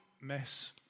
mess